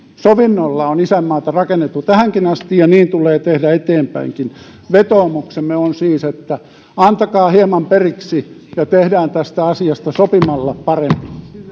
sovinnolla on isänmaata rakennettu tähänkin asti ja niin tulee tehdä eteenpäinkin vetoomuksemme on siis että antakaa hieman periksi ja tehdään tästä asiasta sopimalla parempi